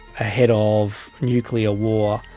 ahead of nuclear war,